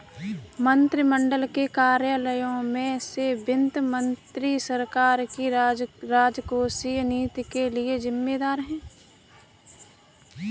मंत्रिमंडल के कार्यालयों में से वित्त मंत्री सरकार की राजकोषीय नीति के लिए जिम्मेदार है